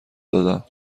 دادم